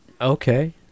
Okay